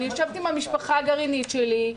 אני יושבת עם המשפחה הגרעינית שלי.